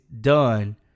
done